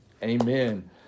amen